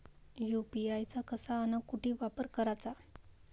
UPI चा कसा अन कुटी वापर कराचा?